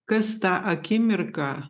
kas tą akimirką